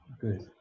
Good